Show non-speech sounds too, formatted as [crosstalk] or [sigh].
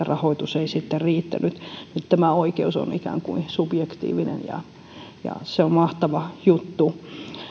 [unintelligible] rahoitus ei sitten riittänyt nyt tämä oikeus on ikään kuin subjektiivinen ja ja se on mahtava juttu